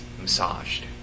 massaged